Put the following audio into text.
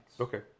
okay